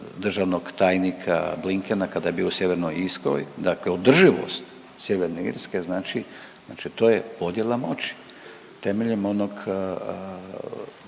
državnog tajnika Blinkena, kada je bio u Sjevernoj Irskoj, dakle održivost Sjeverne Irske znači, znači to je podjela moći temeljem onog